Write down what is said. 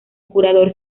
curador